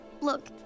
Look